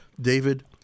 David